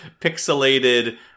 pixelated